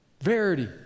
Verity